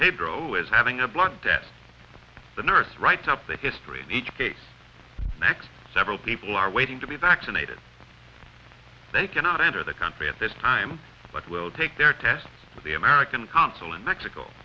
pedro is having a blood test the nurse writes up the history of each case next several people are waiting to be vaccinated they cannot enter the country at this time but will take their test with the american consul in mexico